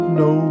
no